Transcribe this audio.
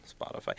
Spotify